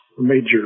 major